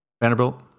vanderbilt